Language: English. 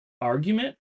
argument